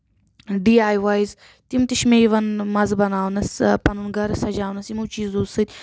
D I ways تِم تہِ چھِ مےٚ یِوان مَزٕ بَناونَس پَنُن گرٕ سجاونَس یِِمو چیٖزو سۭتۍ